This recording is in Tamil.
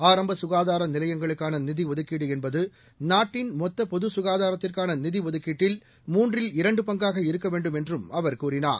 ஆரம்ப சுகாதார நிலையங்களுக்கான நிதி ஒதுக்கீடு என்பது நாட்டின் மொத்த பொது சுகாதாரத்திற்கான நிதி ஒதுக்கீட்டில் மூன்றில் இரண்டு பங்காக இருக்க வேண்டும் என்றும் அவர் கூறினார்